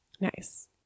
Nice